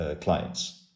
clients